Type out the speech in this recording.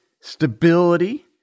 stability